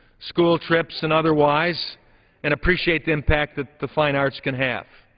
school trips and otherwise and appreciate the impact that the fine arts can have.